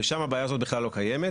ושם הבעיה הזאת בכלל לא קיימת.